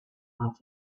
half